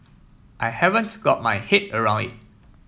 I haven't got my head around it